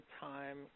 time